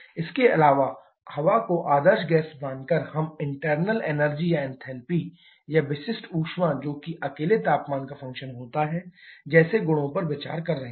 इसके अलावा हवा को आदर्श गैस मानकर हम इंटरनल एनर्जी या एंथैल्पी या विशिष्ट ऊष्मा जोकि अकेले तापमान का फंक्शन होता है जैसे गुणों पर विचार कर रहे हैं